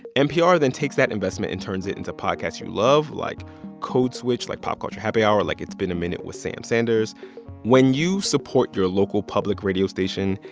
npr then takes that investment and turns it into podcasts you love like code switch, like pop culture happy hour, like it's been a minute with sam sanders when you support your local public radio station,